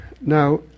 Now